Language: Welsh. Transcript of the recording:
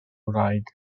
wraig